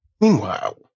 Meanwhile